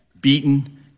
beaten